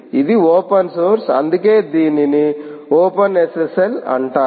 ఇది open source అందుకే దీనిని ఓపెన్ఎస్ఎస్ఎల్ అంటారు